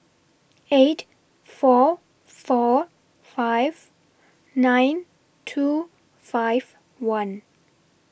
eight four four five nine two five one